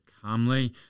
calmly